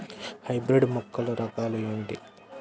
Hybrid మొక్కల రకాలు ఏమిటి?